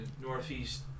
northeast